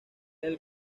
del